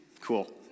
Cool